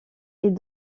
est